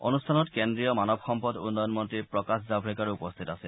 অনুষ্ঠানত কেন্দ্ৰীয় মানৱ সম্পদ উন্নয়ন মন্ত্ৰী প্ৰকাশ জাম্ৰেকাড়ো উপস্থিত আছিল